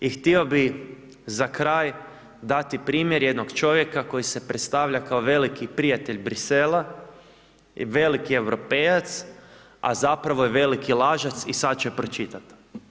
I htio bih za kraj dati primjer jednog čovjeka koji se predstavlja kao veliki prijatelj Bruxellesa, veliki europejac, a zapravo je veliki lažac i sad će pročitati.